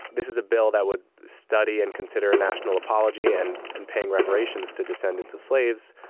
this is a bill that would study and consider a national apology and and paying reparations to descendants of slaves.